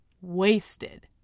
Wasted